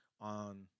on